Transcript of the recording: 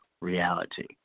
reality